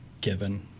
given